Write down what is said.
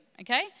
okay